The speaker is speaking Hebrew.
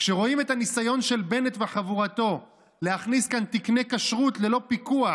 כשרואים את הניסיון של בנט וחבורתו להכניס כאן תקני כשרות ללא פיקוח,